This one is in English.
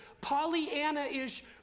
Pollyanna-ish